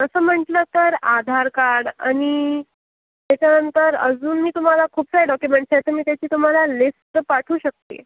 तसं म्हटलं तर आधार कार्ड आणि त्याच्यानंतर अजून मी तुम्हाला खूप काय डॉक्युमेंट्स आहे तुम्ही त्याची मी तुम्हाला लिस्ट तर पाठवू शकते